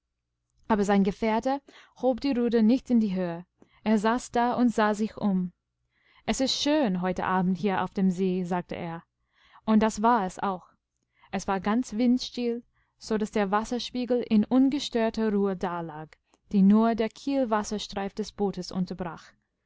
aber sein gefährte hob die ruder nicht in die höhe er saß da und sah sich um es ist schön heute abend hier auf dem see sagte er und das war es auch eswarganzwindstill sodaßderwasserspiegelinungestörterruheda lag die nur der kielwasserstreif des bootes unterbrach